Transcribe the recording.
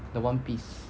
the one piece